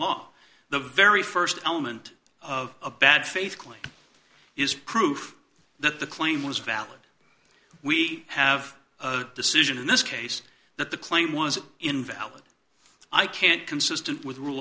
law the very st element of a bad faith claim is proof that the claim was valid we have a decision in this case that the claim was invalid i can't consistent with rule